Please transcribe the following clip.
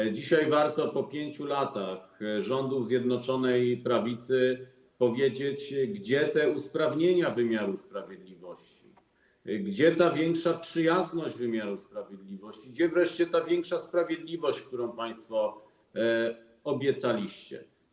Warto dzisiaj, po 5 latach rządów Zjednoczonej Prawicy, zapytać, gdzie te usprawnienia wymiaru sprawiedliwości, gdzie ta większa przyjazność wymiaru sprawiedliwości, gdzie wreszcie ta większa sprawiedliwość, którą państwo obiecaliście.